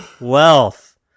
wealth